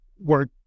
work